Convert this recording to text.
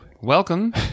Welcome